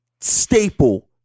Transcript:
staple